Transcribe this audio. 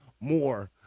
more